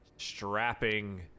strapping